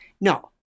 no